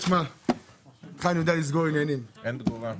אין תגובה.